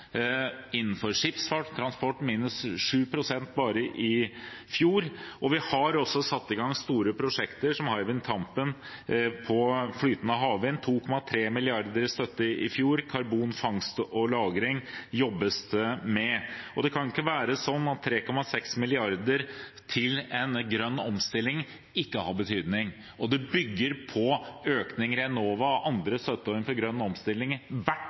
innenfor skipsfart – på transport minus 7 pst. bare i fjor. Vi har også satt i gang store prosjekter som Hywind Tampen på flytende havvind – 2,3 mrd. kr i støtte i fjor. Karbonfangst og -lagring jobbes det med. Det kan ikke være sånn at 3,6 mrd. kr til en grønn omstilling ikke har betydning. Det bygger på økninger i Enova og andre støtteordninger for grønn omstilling hvert